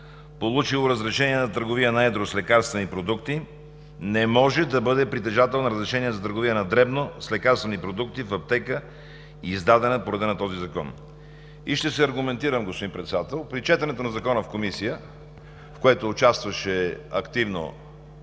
получило разрешение за търговия на едро с лекарствени продукти не може да бъде притежател на разрешение за търговия на дребно с лекарствени продукти в аптека, издадено по реда на този закон.“ Ще се аргументирам, господин Председател. При четенето на Закона в Комисията участваше активно